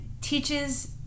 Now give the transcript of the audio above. teaches